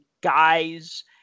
guys